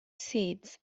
seat